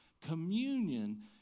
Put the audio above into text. communion